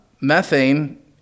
Methane